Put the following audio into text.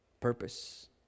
Purpose